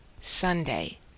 SUNDAY